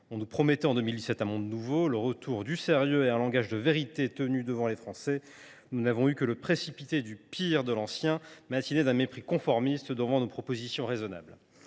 On nous promettait en 2017 un « monde nouveau », le retour du sérieux et un langage de vérité devant les Français. Nous n’avons eu que le précipité du pire de l’ancien, mâtiné d’un mépris conformiste devant nos propositions raisonnables.